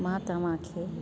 मां तवांखे